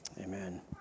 Amen